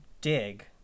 dig